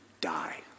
die